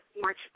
March